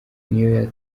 niyo